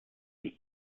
seat